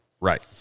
Right